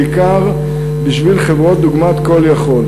בעיקר בשביל חברות דוגמת "call יכול".